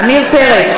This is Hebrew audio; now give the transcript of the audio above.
נגד עמיר פרץ,